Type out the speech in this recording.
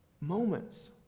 moments